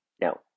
no